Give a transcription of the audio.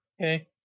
okay